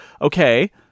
Okay